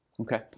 okay